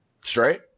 Straight